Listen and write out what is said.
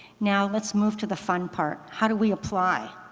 now, let's move to the fun part, how do we apply?